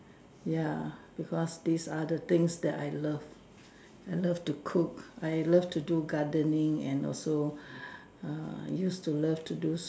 ya because these are the things that I love I love to cook I love to do gardening and also uh used to love to do